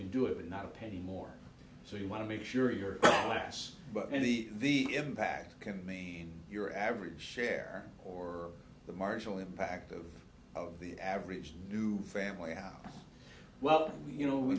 can do it not a penny more so you want to make sure your last but any the impact can mean your average share or the marginal impact of of the average new family how well you know w